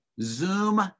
Zoom